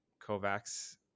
Kovacs